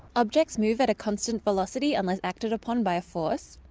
objects move at a constant velocity unless acted upon by a force.